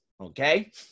okay